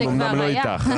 אמנם לא איתך,